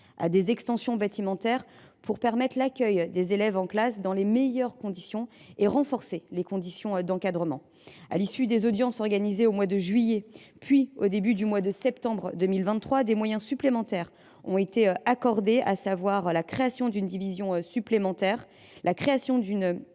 à des extensions de bâtiments pour permettre l’accueil des élèves en classe dans les meilleures conditions et renforcer les conditions d’encadrement. À l’issue d’audiences organisées au mois de juillet, puis au début du mois de septembre 2023, des moyens supplémentaires ont été accordés, avec la création d’une division supplémentaire et d’un